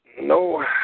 no